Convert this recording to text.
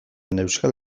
euskal